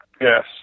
Yes